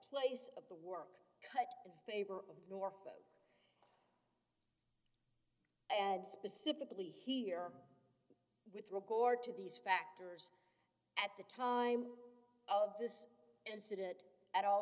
place of the work cut in favor of norfolk and specifically here with regard to these factors at the time of this incident at all